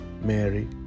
Mary